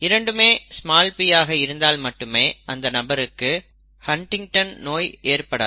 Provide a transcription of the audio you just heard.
இரண்டுமே p ஆக இருந்தால் மட்டுமே அந்த நபருக்கு ஹன்டிங்டன் நோய் ஏற்படாது